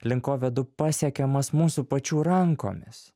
link ko vedu pasiekiamas mūsų pačių rankomis